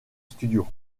studio